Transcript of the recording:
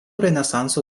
renesanso